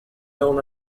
down